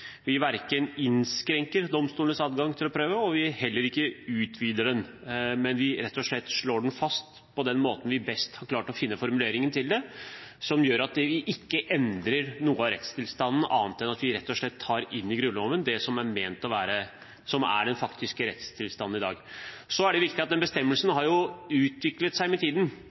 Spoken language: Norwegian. Vi innskrenker ikke domstolenes adgang til å prøve, og vi utvider den heller ikke, men vi slår den rett og slett fast på den måten vi best har klart å formulere det. Det gjør at vi ikke endrer noe av rettstilstanden, annet enn at vi rett og slett tar inn i Grunnloven det som er den faktiske rettstilstanden i dag. Så er det viktig at denne bestemmelsen